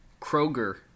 Kroger